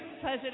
Pleasure